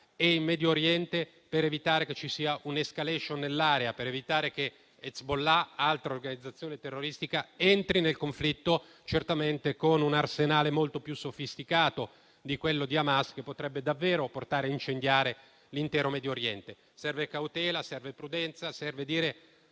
e in Medio Oriente, per evitare che ci sia un'*escalation* nell'area; per evitare che Hezbollah, altra organizzazione terroristica, entri nel conflitto certamente con un arsenale molto più sofisticato di quello di Hamas, che potrebbe davvero portare a incendiare l'intero Medio Oriente. Serve cautela, serve prudenza, serve dire